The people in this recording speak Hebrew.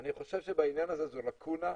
אני חושב שבעניין הזה זהו לקונה,